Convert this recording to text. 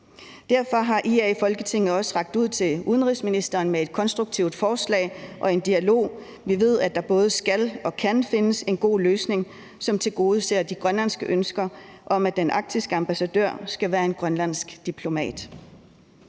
Derfor har IA i Folketinget også rakt ud til udenrigsministeren med et konstruktivt forslag og en dialog. Vi ved, at der både skal og kan findes en god løsning, som tilgodeser de grønlandske ønsker om, at den arktiske ambassadør skal være en grønlandsk diplomat.